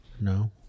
No